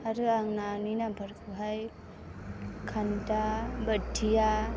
आरो आं नानि नामफोरखौहाय खान्दा बोथिया